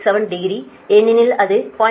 87 degree ஏனெனில் அது 0